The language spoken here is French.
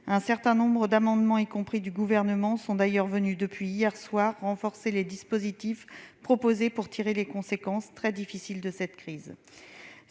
Un certain nombre d'amendements, y compris du Gouvernement, sont d'ailleurs venus depuis hier soir renforcer les dispositifs proposés pour tirer les conséquences, très difficiles, de cette crise.